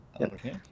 okay